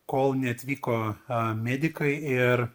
kol neatvyko a medikai ir